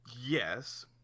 Yes